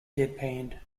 deadpanned